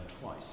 twice